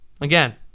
again